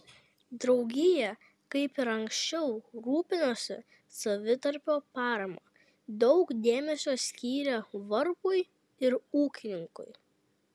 draugija kaip ir anksčiau rūpinosi savitarpio parama daug dėmesio skyrė varpui ir ūkininkui